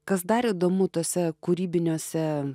kas dar įdomu tuose kūrybiniuose